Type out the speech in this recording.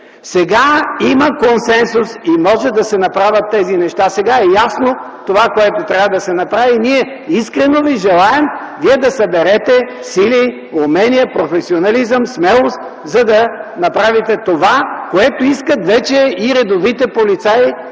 Сега има консенсус и може да се направят тези неща. Сега е ясно това, което трябва да се направи, и ние искрено желаем Вие да съберете сили, умения, професионализъм, смелост, за да направите това, което искат вече и редовите полицаи,